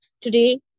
Today